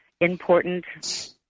important